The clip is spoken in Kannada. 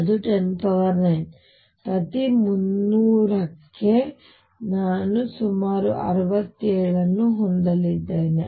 ಆದ್ದರಿಂದ ಅದು 109 ಮತ್ತು 300 ಕ್ಕೆ ನಾನು ಸುಮಾರು 67 ಅನ್ನು ಹೊಂದಲಿದ್ದೇನೆ